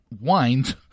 wines